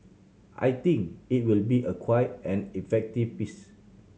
I think it will be a quite an effective piece